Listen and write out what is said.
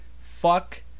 fuck